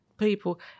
people